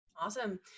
Awesome